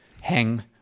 hang